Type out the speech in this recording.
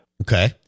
Okay